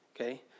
Okay